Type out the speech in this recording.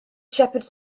shepherds